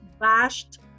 bashed